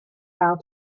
how